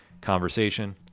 conversation